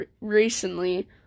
recently